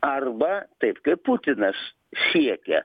arba taip kaip putinas siekia